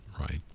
Right